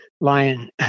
Lion